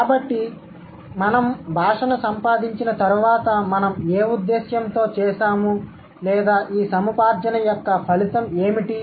కాబట్టి మేము భాషను సంపాదించిన తర్వాత మనం ఏ ఉద్దేశ్యంతో చేసాము లేదా ఈ సముపార్జన యొక్క ఫలితం ఏమిటి